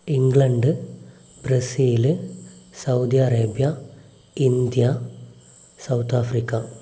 England Brazil Saudi Arabia India South Africa